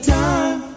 time